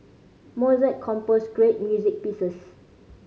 Mozart composed great music pieces